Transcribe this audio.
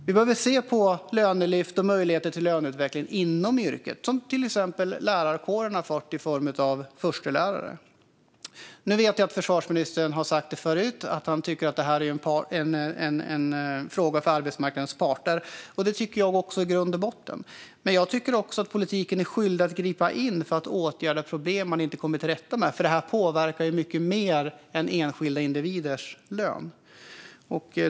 Vi behöver se på lönelyft och möjlighet till löneutveckling inom yrket, till exempel som lärarkåren har fått i form av förstelärare. Jag vet att försvarsministern tidigare har sagt att detta är en fråga för arbetsmarknadens parter, och det tycker jag också i grund och botten. Men jag tycker också att politiken är skyldig att gripa in för att åtgärda problem man inte kommer till rätta med, för detta påverkar mycket mer än enskilda individers lön.